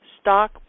stock